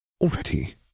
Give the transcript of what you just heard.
Already